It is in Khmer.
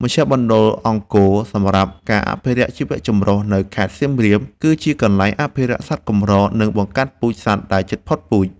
មជ្ឈមណ្ឌលអង្គរសម្រាប់ការអភិរក្សជីវៈចម្រុះ នៅខេត្តសៀមរាប គឺជាកន្លែងអភិរក្សសត្វកម្រ និងបង្កាត់ពូជសត្វដែលជិតផុតពូជ។